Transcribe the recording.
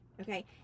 Okay